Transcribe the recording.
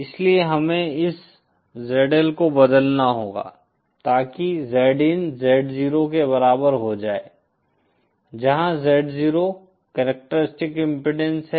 इसलिए हमें इस ZL को बदलना होगा ताकि Zin Z0 के बराबर हो जाए जहाँ Z0 कॅरक्टरिस्टीक्स इम्पीडेन्स है